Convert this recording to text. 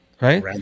right